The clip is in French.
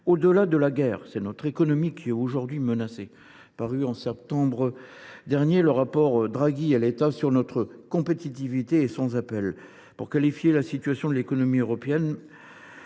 Au delà de la guerre, c’est notre économie qui est aujourd’hui menacée. Paru en septembre dernier, après celui de M. Letta, le rapport de M. Draghi sur notre compétitivité est sans appel. Pour qualifier la situation de l’économie européenne,